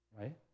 Right